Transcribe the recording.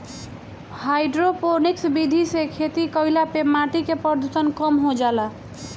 hydroponics विधि से खेती कईला पे माटी के प्रदूषण कम हो जाला